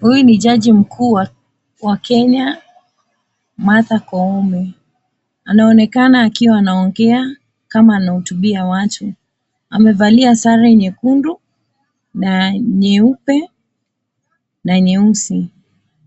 Huyu ni jaji mkuu wa Kenya, Martha Koome. Anaonekana akiwa anaongea kama anahutubia watu, amevalia sare nyekundu na nyeupe na nyeusi,